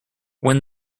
when